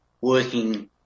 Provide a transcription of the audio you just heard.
working